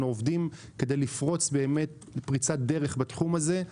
עובדים כדי לפרוץ פריצת דרך בתחום הזה.